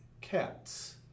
Cats